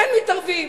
כן מתערבים.